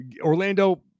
Orlando